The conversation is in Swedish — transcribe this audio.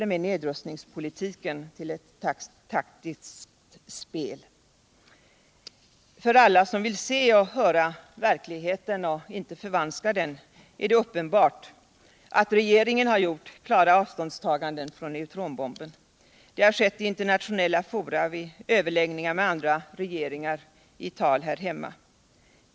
0. m. nedrustningspolitiken till ett taktiskt spel. För alla sam vill se och höra verkligheten och inte förvanska den är det uppenbart att regeringen tagit klart avstånd från neutronbomben. Det har skett i internationella fora, vid överläggningar med andra regeringar och i tal här hemma.